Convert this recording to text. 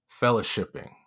fellowshipping